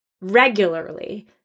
regularly